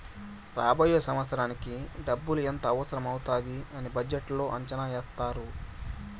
రాబోయే సంవత్సరానికి డబ్బులు ఎంత అవసరం అవుతాది అని బడ్జెట్లో అంచనా ఏత్తారు